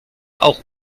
auch